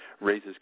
raises